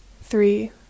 Three